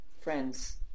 friends